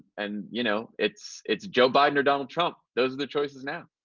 and you know, it's it's joe biden or donald trump. those are the choices now.